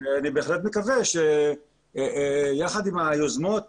אני בהחלט מקווה שיחד עם היוזמות